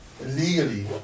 illegally